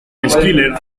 schiller